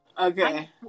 okay